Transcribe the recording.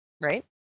Right